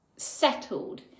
settled